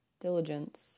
diligence